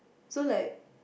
so like